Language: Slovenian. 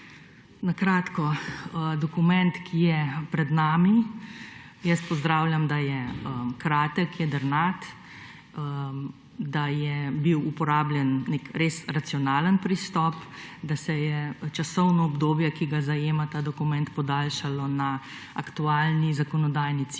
Na kratko o dokumentu, ki je pred nami. Pozdravljam, da je kratek, jedrnat, da je bil uporabljen nek res racionalen pristop, da se je časovno obdobje, ki ga zajema ta dokument, podaljšalo na aktualni zakonodajni cikel